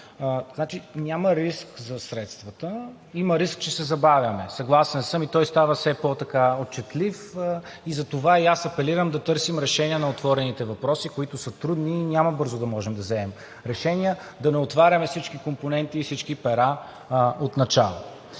Няма риск за средствата – има риск, че се забавяме. Съгласен съм и той става все по-отчетлив, затова и аз апелирам да търсим решение на отворените въпроси, които са трудни и няма да можем бързо да вземем решения. Да не отваряме всички компоненти и всички пера отначало.